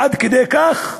עד כדי כך,